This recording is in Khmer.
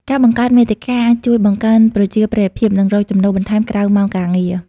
ការបង្កើតមាតិកាអាចជួយបង្កើនប្រជាប្រិយភាព និងរកចំណូលបន្ថែមក្រៅម៉ោងការងារ។